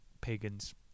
pagans